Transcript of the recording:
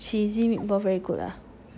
cheesy meatball very good ah